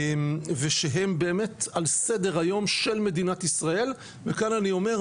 ושהם באמת על סדר היום של מדינת ישראל וכאן אני אומר,